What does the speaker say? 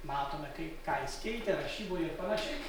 matome kaip ką jis keitė rašyboj ir panašiai